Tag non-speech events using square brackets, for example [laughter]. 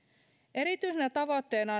erityisenä tavoitteena [unintelligible]